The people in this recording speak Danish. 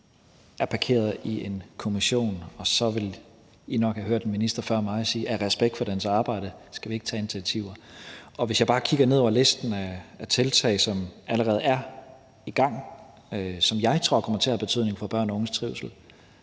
er parkeret i en kommission og – som I nok har hørt en minister før mig sige – af respekt for dens arbejde skal vi så ikke tage initiativer. Og hvis jeg bare kigger ned ad listen af initiativer, som allerede er i gang, og som jeg tror kommer til at have betydning for børn og unges trivsel,